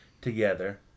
together